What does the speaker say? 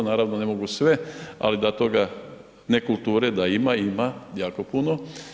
Naravno, ne mogu sve, ali da toga nekulture, da ima, ima, jako puno.